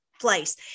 place